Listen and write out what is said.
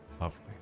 lovely